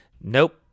Nope